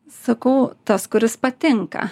sakau tas kuris patinka